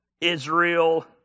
Israel